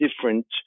different